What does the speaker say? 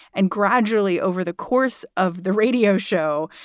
and gradually, over the course of the radio show,